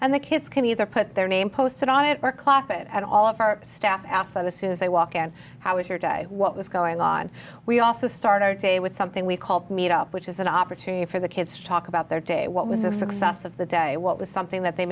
and the kids can either put their name posted on it or klopp it and all of our staff outside as soon as they walk and how was your day what was going on we also start our day with something we called meet up which is that opportunity for the kids to talk about their day what was a success of the day what was something that they